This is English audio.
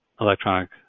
electronic